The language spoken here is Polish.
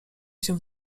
się